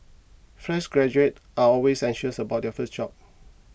fresh graduates are always anxious about their first job